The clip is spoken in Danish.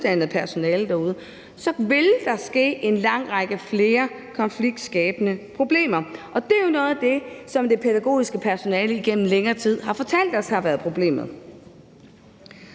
uddannet personale, vil der ske en lang række flere konfliktskabende problemer. Og det er noget af det, som det pædagogiske personale igennem længere tid har fortalt os har været problemet.